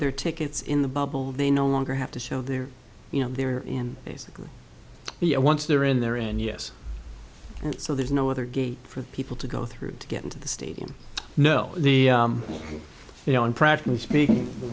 their tickets in the bubble they no longer have to show they're you know they're in basically you know once they're in there and yes and so there's no other gate for people to go through to get into the stadium know the you know on practically speaking the